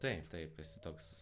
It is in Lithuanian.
taip taip esi toks